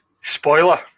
spoiler